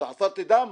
כי עצרתי דם?